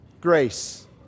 grace